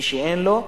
מי שאין לו,